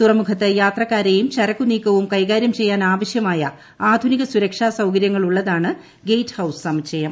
തുറമുഖത്ത് യാത്രക്കാരെയും ചരക്കുനീക്കവും കൈകാര്യംചെയ്യാൻ ആവശ്യമായ ആധുനിക സുരക്ഷാ സൌകര്യങ്ങൾ ഉള്ളതാണ് ഗേറ്റ് ഹൌസ് സമുച്ചയം